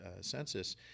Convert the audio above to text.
census